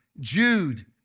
Jude